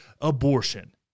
abortion